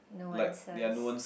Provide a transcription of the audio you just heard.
no answers